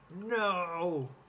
No